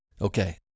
Okay